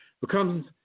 becomes